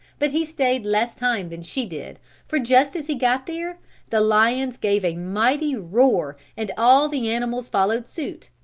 but he stayed less time than she did for just as he got there the lions gave a mighty roar and all the animals followed suit,